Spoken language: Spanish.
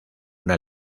una